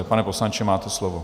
Pane poslanče, máte slovo.